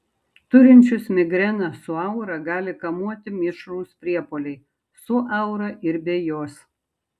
turinčius migreną su aura gali kamuoti mišrūs priepuoliai su aura ir be jos